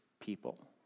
people